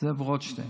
זאב רוטשטיין,